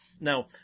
Now